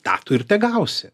tą tu ir tegausi